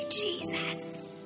Jesus